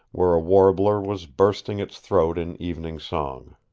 where a warbler was bursting its throat in evening-song.